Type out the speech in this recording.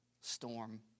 storm